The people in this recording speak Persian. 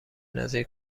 نظیر